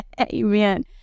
Amen